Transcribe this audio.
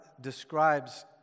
describes